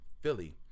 philly